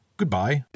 goodbye